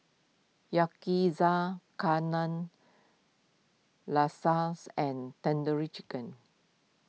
Yakizakana Lasas and Tandoori Chicken